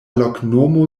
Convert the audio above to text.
loknomo